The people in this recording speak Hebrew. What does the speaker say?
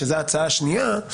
שזו ההצעה השנייה,